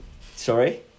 Sorry